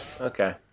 Okay